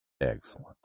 excellent